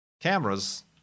cameras